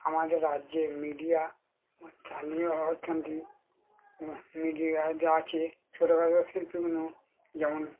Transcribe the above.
আমাদের রাজ্যে মিডিয়া বা স্থানীয় অর্থনীতি এবং মিডিয়া যা আছে ছোটখাটো শিল্পীগুলো যেমন